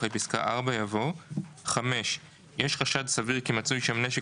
אחרי פסקה (4) יבוא: "(5)יש חשד סביר כי מצוי שם נשק